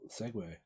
segue